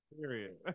Period